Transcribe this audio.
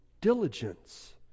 diligence